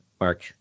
Mark